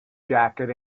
jacket